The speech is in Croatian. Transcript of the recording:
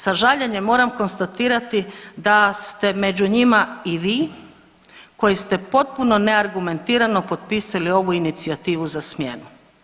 Sa žaljenjem moram konstatirati da ste među njima i vi koji ste potpuno neargumentirano potpisali ovu inicijativu za smjenu.